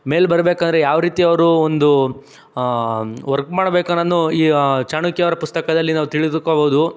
ಮೇಲೆ ಬರ್ಬೇಕಾರೆ ಯಾವ ರೀತಿ ಅವ್ರು ಒಂದು ವರ್ಕ್ ಮಾಡಬೇಕು ಅನ್ನೋದನ್ನು ಈ ಚಾಣಕ್ಯ ಅವರ ಪುಸ್ತಕದಲ್ಲಿ ನಾವು ತಿಳಿದುಕೋಬೌದು